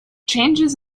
changes